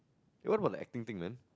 what about the acting thing man